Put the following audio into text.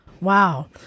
Wow